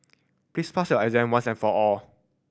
please pass your exam once and for all